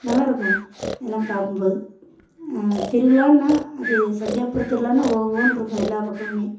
நல்லா இருக்கும் இதெல்லாம் பார்க்கும் போது திருவிழான்னா அது சந்தியாபுர திருவிழானா ஓ ஓனிருக்கும் எல்லா பக்கமுமே